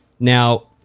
Now